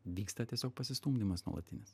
vyksta tiesiog pasistumdymas nuolatinis